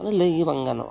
ᱢᱟᱱᱮ ᱞᱟᱹᱭ ᱜᱮ ᱵᱟᱝ ᱜᱟᱱᱚᱜᱼᱟ